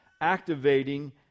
activating